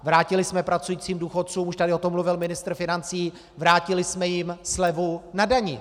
Vrátili jsme pracujícím důchodcům, už tady o tom hovořil ministr financí, vrátili jsme jim slevu na dani.